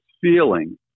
feeling